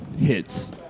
hits